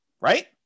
right